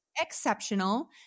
exceptional